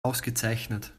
ausgezeichnet